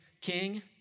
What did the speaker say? king